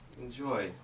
enjoy